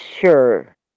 sure